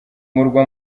murwa